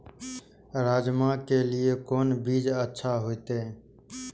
राजमा के लिए कोन बीज अच्छा होते?